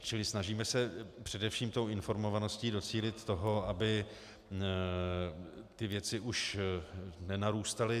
Čili snažíme se především informovaností docílit toho, aby ty věci už nenarůstaly.